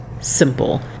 simple